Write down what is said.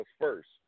first